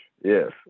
Yes